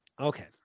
Okay